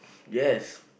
yes